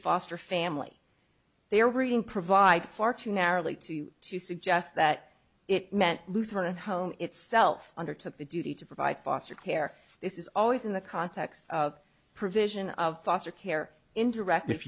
foster family they are reading provide far too narrowly to to suggest that it meant lutheran home itself undertook the duty to provide foster care this is always in the context of provision of foster care indirect if